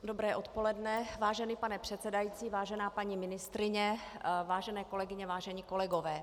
Dobré odpoledne, vážený pane předsedající, vážená paní ministryně, vážené kolegyně, vážení kolegové.